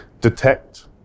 detect